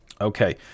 Okay